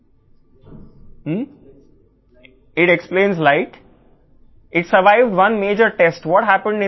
ఇది కాంతిని వివరిస్తుంది ఇది 1900 ప్రారంభ భాగంలో జరిగిన ఒక ప్రధాన టెస్ట్ నుండి బయటపడింది